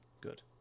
Good